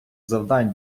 завдань